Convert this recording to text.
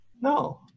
No